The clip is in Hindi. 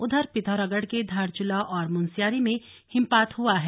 उधर पिथौरागढ़ के धारचूला और मुनस्यारी में हिमपात हुआ है